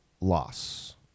loss